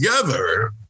together